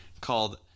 called